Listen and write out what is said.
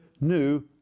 new